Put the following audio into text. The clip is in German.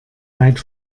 weit